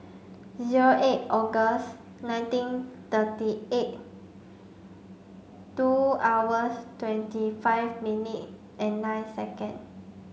zero eight August nineteen thirty eight two hours twenty five minute and nine second